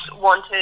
wanted